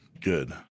good